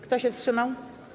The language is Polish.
Kto się wstrzymał.